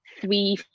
three